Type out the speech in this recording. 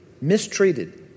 mistreated